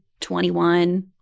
21